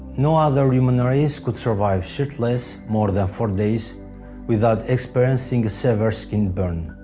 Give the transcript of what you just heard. no other human race could survive shirtless more than four days without experiencing severe skin burns.